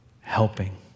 helping